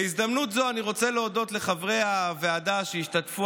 בהזדמנות זו אני רוצה להודות לחברי הוועדה שהשתתפו,